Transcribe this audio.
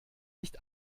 nicht